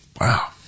Wow